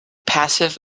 passive